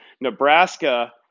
Nebraska